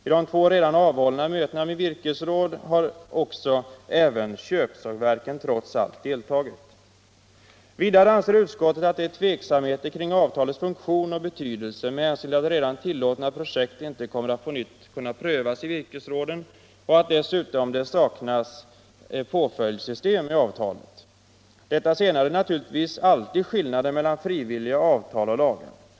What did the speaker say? I de två redan avhållna mötena med virkesråd har dock även köpsågverken, trots allt, deltagit. Vidare anser utskottet att det är tveksamheter kring avtalets funktion och betydelse med hänsyn till att redan tillåtna projekt inte kommer att på nytt kunna prövas i virkesråden och att det dessutom saknas påföljdssystem i avtalet. Detta senare är naturligtvis alltid skillnaden mellan frivilliga avtal och lagar.